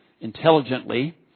intelligently